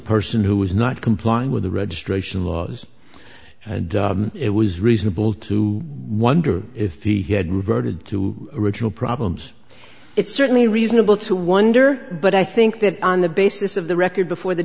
person who was not complying with the registration laws and it was reasonable to wonder if he had reverted to original problems it's certainly reasonable to wonder but i think that on the basis of the record before the